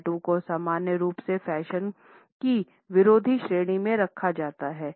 tattoo को सामान्य रूप से फैशन की विरोधी श्रेणी में रखा जाता है